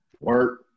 Work